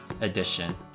edition